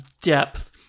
depth